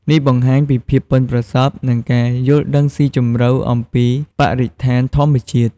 នេះបង្ហាញពីភាពប៉ិនប្រសប់ និងការយល់ដឹងស៊ីជម្រៅអំពីបរិស្ថានធម្មជាតិ។